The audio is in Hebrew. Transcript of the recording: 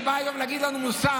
שבא היום להגיד לנו מוסר,